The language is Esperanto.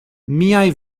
miaj